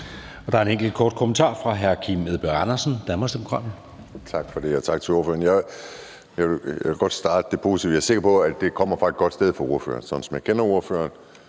Der er en enkelt kort bemærkning fra hr. Kim Edberg Andersen, Danmarksdemokraterne. Kl. 19:26 Kim Edberg Andersen (DD): Tak for det, og tak til ordføreren. Jeg vil godt starte med det positive. Jeg er sikker på, at det kommer fra et godt sted hos ordføreren, sådan som jeg kender ordføreren.